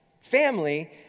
family